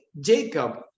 Jacob